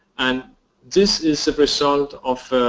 and this is a result of